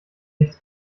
nichts